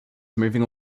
moving